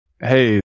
Hey